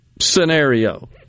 scenario